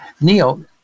Neil